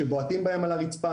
שבועטים בהם על הרצפה,